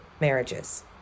marriages